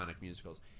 musicals